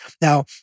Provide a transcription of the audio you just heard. Now